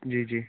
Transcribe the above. जी जी